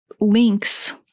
links